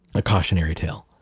a cautionary tale.